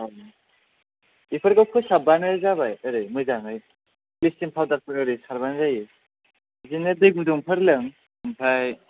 अ' बेफोरखौ फोसाबबानो जाबाय ओरै मोजाङै ब्लिसिं पाउदारफोर ओरै सारबानो जायो बिदिनो दै गुदुफोर लों ओमफ्राय